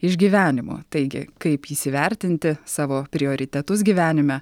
išgyvenimu taigi kaip įsivertinti savo prioritetus gyvenime